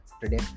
today